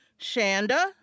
Shanda